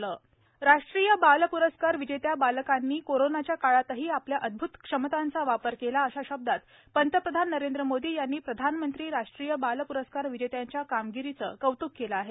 राष्ट्रीय बालप्रस्कार राष्ट्रीय बाल प्रस्कार विजेत्या बालकांनी कोरोनाच्या काळातही आपल्या अदभूत क्षमतांचा वापर केला अशा शब्दात पंतप्रधान नरेंद्र मोदी यांनी प्रधानमंत्री राष्ट्रीय बाल प्रस्कार विजेत्यांच्या कामगिरीचं कौत्क केलं आहे